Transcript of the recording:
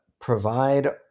provide